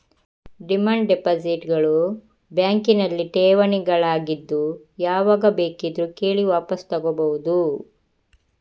demand deposit ಗಳು ಬ್ಯಾಂಕಿನಲ್ಲಿ ಠೇವಣಿಗಳಾಗಿದ್ದು ಯಾವಾಗ ಬೇಕಿದ್ರೂ ಕೇಳಿ ವಾಪಸು ತಗೋಬಹುದು